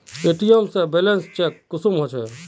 ATM से balance check कुंसम होचे?